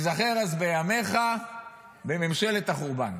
תיזכר אז בימיך בממשלת החורבן.